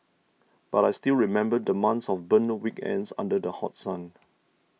but I still remember the months of burnt weekends under the hot sun